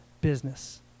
business